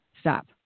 stop